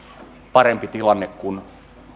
parempi tilanne kuin